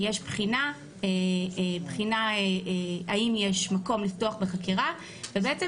יש בחינה האם יש מקום לפתוח בחקירה ובעצם